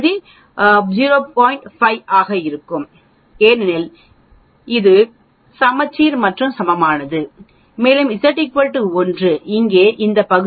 5 ஆக இருக்கும் ஏனெனில் இது சமச்சீர் மற்றும் சமமானது மேலும் Z 1 இங்கே இந்த பகுதி 0